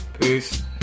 Peace